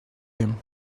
him